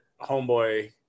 homeboy